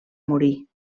morir